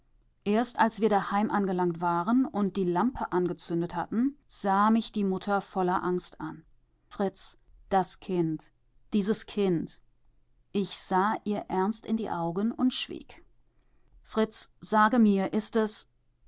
erst als wir daheim angelangt waren und die lampe angezündet hatten sah mich die mutter voller angst an fritz das kind dieses kind ich sah ihr ernst in die augen und schwieg fritz sage mir ist es